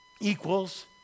equals